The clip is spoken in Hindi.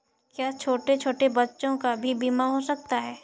क्या छोटे छोटे बच्चों का भी बीमा हो सकता है?